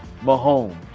Mahomes